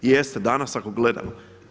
Jeste danas ako gledamo.